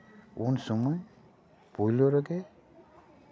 ᱩᱱ ᱥᱚᱢᱚᱭ ᱯᱳᱭᱞᱳ ᱨᱮᱜᱮ